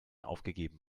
aufgegeben